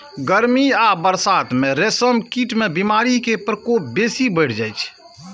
गर्मी आ बरसात मे रेशम कीट मे बीमारी के प्रकोप बेसी बढ़ि जाइ छै